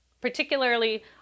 particularly